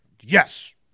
yes